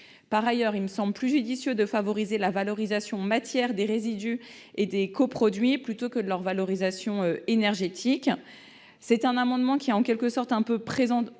Par ailleurs, il me semble plus judicieux de favoriser la valorisation matière des résidus et des coproduits plutôt que leur valorisation énergétique. Cet amendement est à visée préventive. À ce